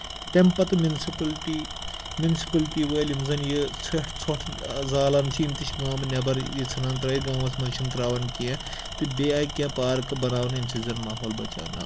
تَمہِ پَتہٕ municipality municipality وٲلۍ یِم زَن یہِ ژھیٚٹھ ژۄٹھ زالان چھِ یِم تہِ چھِ گامہٕ نیبر یہِ ژَھٕنان ترٲوِتھ گامَس منٛز چھِ نہٕ تراون کیٚنٛہہ تہٕ بیٚیہِ آیہِ کیٚنٛہہ پارکہٕ بَناونہٕ ییٚمہِ سۭتۍ زَن ماحول بَچاونہٕ